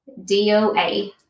DOA